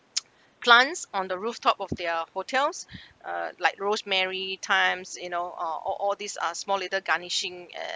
plants on the rooftop of their hotels uh like rosemary thymes you know uh all all these are small little garnishing